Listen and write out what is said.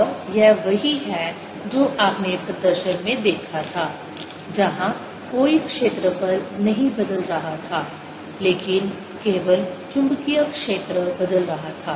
और यह वही है जो आपने प्रदर्शन में देखा था जहां कोई क्षेत्रफल नहीं बदल रहा था लेकिन केवल चुंबकीय क्षेत्र बदल रहा था